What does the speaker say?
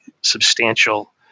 substantial